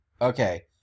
Okay